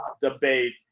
debate